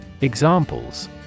Examples